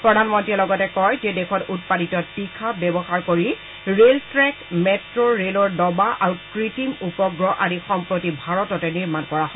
প্ৰধানমন্ত্ৰীয়ে লগতে কয় যে দেশত উৎপাদিত তীখা ব্যৱহাৰ কৰি ৰেল ট্ৰেক মেট্ট ৰেলৰ দবা আৰু কৃত্ৰিম উপগ্ৰহ আদি সম্প্ৰতি ভাৰততে নিৰ্মাণ কৰা হয়